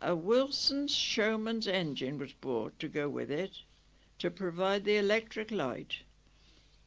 a wilson showman's engine was bought to go with it to provide the electric light